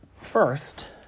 First